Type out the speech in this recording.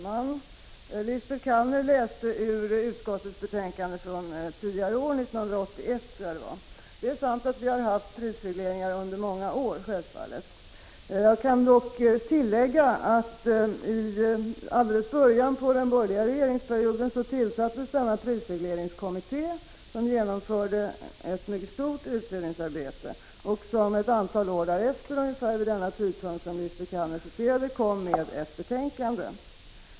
Herr talman! Lisbet Calner läste ur ett betänkande från finansutskottet av år 1981. Det är sant att vi under många år har haft prisregleringar. Låt mig tillägga att det i början av den borgerliga regeringsperioden tillsattes en prisregleringskommitté som utförde ett mycket stort utredningsarbete och som ett antal år därefter — ungefär vid den tidpunkt som Lisbet Calner nämnde — avgav ett betänkande.